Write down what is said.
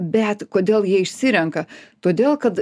bet kodėl jie išsirenka todėl kad